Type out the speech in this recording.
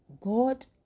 God